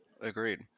Agreed